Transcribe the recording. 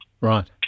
Right